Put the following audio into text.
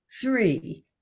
Three